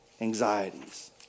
anxieties